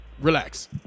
relax